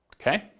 Okay